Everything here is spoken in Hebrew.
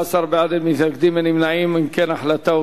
הצעת ועדת הכספים בדבר חלוקת הצעת חוק מיסוי מקרקעין (שבח ורכישה)